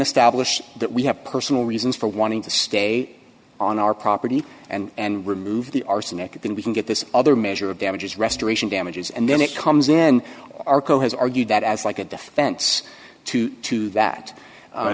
establish that we have personal reasons for wanting to stay on our property and remove the arsenic then we can get this other measure of damages restoration damages and then it comes then our co has argued that as like a defense to two that